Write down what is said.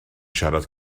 siarad